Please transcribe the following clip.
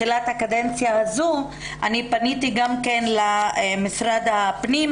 הקדנציה הזו פניתי למשרד הפנים,